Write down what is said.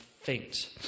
faint